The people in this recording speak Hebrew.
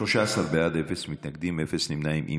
13 בעד, אפס מתנגדים, אפס נמנעים.